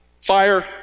fire